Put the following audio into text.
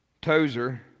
Tozer